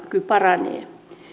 paranee